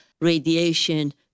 radiation